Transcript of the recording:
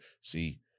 See